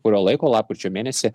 kurio laiko lapkričio mėnesį